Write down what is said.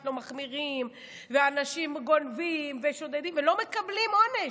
לא מחמירים ואנשים גונבים ושודדים ולא מקבלים עונש,